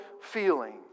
feeling